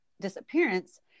disappearance